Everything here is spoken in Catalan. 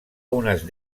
unes